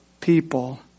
people